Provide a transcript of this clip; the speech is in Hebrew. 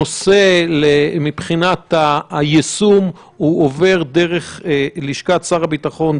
הנושא מבחינת היישום הוא עובר דרך לשכת שר הביטחון,